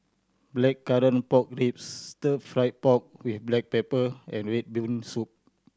Blackcurrant Pork Ribs Stir Fried Pork With Black Pepper and red bean soup